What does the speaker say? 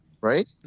right